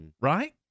Right